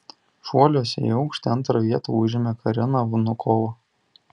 šuoliuose į aukštį antrą vietą užėmė karina vnukova